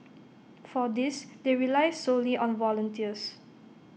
for this they rely solely on volunteers